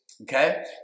okay